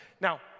Now